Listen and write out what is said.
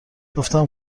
گفتم